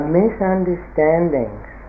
misunderstandings